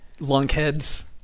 lunkheads